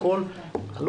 עכשיו יש לו 20 עובדים.